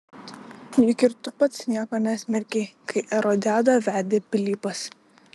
juk ir tu pats nieko nesmerkei kai erodiadą vedė pilypas